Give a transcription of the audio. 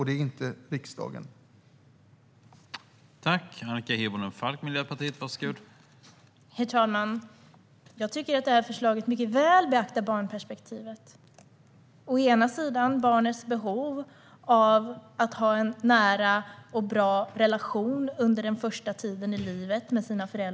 Det är inte riksdagen som ska göra det.